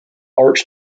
art